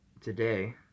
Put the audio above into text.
today